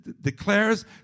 declares